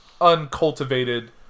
uncultivated